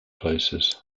places